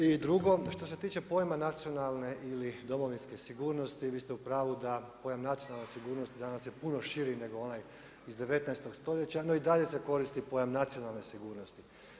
I drugo, što se tiče pojma nacionalne ili domovinske sigurnosti, vi ste u pravu da pojam nacionalne sigurnosti danas je puno širi nego onaj iz 19. stoljeća no i dalje se koristi pojam nacionalne sigurnosti.